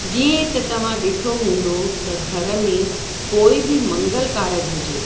जीअं त तव्हां ॾिठो हूंदो त घर में कोई बि मंगल कारज हुजे